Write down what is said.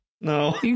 no